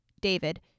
David